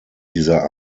dieser